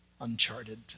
uncharted